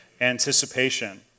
anticipation